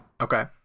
Okay